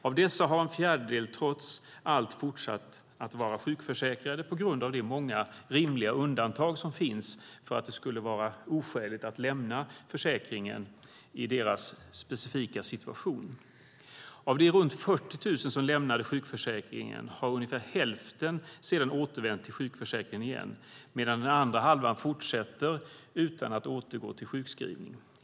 Av dessa har en fjärdedel trots allt fortsatt att vara sjukförsäkrade på grund av de många rimliga undantag som finns därför att det skulle vara oskäligt att lämna försäkringen i deras specifika situation. Av de runt 40 000 som lämnade sjukförsäkringen har ungefär hälften sedan återvänt till sjukförsäkringen igen, medan den andra halvan fortsätter utan att återgå till sjukskrivning.